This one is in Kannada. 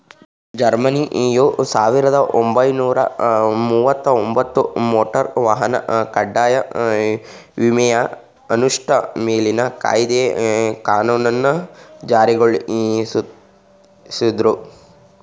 ಜರ್ಮನಿಯು ಸಾವಿರದ ಒಂಬೈನೂರ ಮುವತ್ತಒಂಬತ್ತು ಮೋಟಾರ್ ವಾಹನ ಕಡ್ಡಾಯ ವಿಮೆಯ ಅನುಷ್ಠಾ ಮೇಲಿನ ಕಾಯ್ದೆ ಕಾನೂನನ್ನ ಜಾರಿಗೊಳಿಸುದ್ರು